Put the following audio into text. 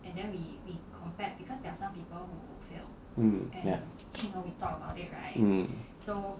mm ya